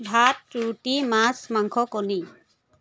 ভাত ৰুটি মাছ মাংস কণী